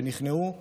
שנכנעו ונרצחו.